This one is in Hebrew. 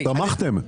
תמכתם.